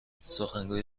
سخنگوی